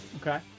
Okay